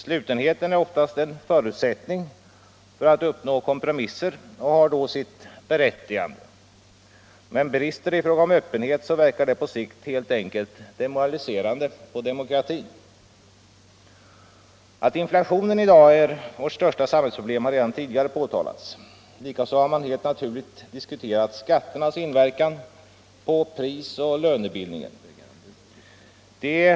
Slutenheten är oftast en förutsättning för att uppnå kompromisser och har då sitt berättigande. Men brister det i fråga om öppenhet, så verkar detta på sikt helt enkelt demoraliserande på demokratin. Att inflationen i dag är vårt största samhällsproblem har redan tidigare påtalats. Likaså har man helt naturligt diskuterat skatternas inverkan på prisoch löneglidning.